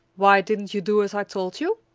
why didn't you do as i told you?